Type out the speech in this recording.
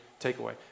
takeaway